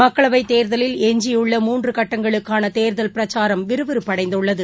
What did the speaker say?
மக்களவைத் தேர்தலில் எஞ்சியுள்ள மூன்றுகட்டங்களுக்கானதேர்தல் பிரச்சாரம் விறுவிறுப்படைந்துள்ளது